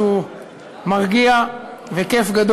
חברי השרים וחברי הכנסת,